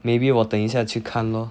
maybe 我等一下去看 lor